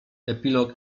epilog